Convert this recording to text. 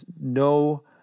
no